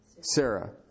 Sarah